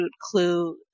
Clue